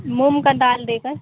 مونگ کا دال دے گا